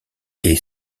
est